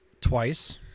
twice